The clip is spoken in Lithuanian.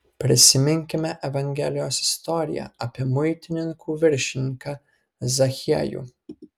prisiminkime evangelijos istoriją apie muitininkų viršininką zachiejų